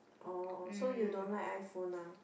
oh so you don't like iPhone ah